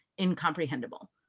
incomprehensible